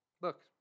look